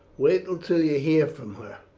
wait until you hear from her.